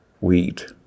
wheat